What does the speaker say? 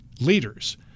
leaders